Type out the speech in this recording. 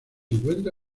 encuentra